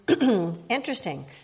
Interesting